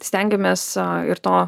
stengiamės ir to